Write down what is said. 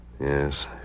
Yes